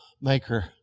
maker